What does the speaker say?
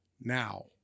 now